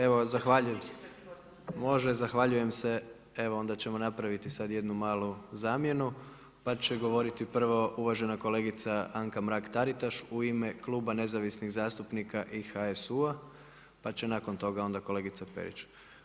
Evo zahvaljujem se, može, zahvaljujem se, evo onda ćemo napraviti sad jednu malu zamjenu pa će govoriti prvo uvažena kolegica Anka Mrak-Taritaš u ime Kluba nezavisnih zastupnika i HSU-a, pa će nakon toga onda kolegica Perić.